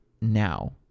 now